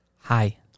hi